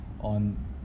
on